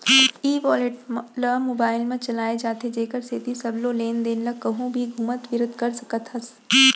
ई wallet ल mobile म चलाए जाथे जेकर सेती सबो लेन देन ल कहूँ भी घुमत फिरत कर सकत हस